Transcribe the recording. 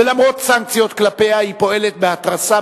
ולמרות סנקציות כלפיה היא פועלת בהתרסה,